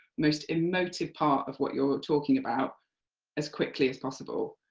most emotive part of what you're talking about as quickly as possible.